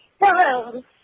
Hello